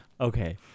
Okay